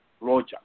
Roger